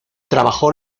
trabajó